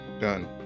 done